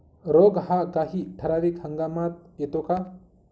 रोग हा काही ठराविक हंगामात येतो का?